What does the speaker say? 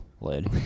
lid